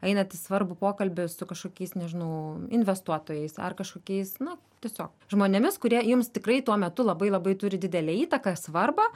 einat į svarbų pokalbį su kažkokiais nežinau investuotojais ar kažkokiais nu tiesiog žmonėmis kurie jums tikrai tuo metu labai labai turi didelę įtaką svarbą